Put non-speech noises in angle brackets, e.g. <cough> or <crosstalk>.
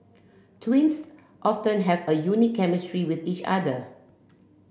twins <unintelligible> have a unique chemistry with each other